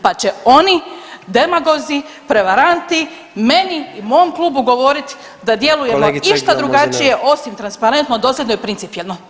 Pa će ono demagozi, prevaranti meni i mom klubu govoriti da djelujemo išta drugačije [[Upadica: Kolegice Glamuzina …]] osim transparentno, dosljedno i principijelno.